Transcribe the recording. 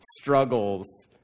struggles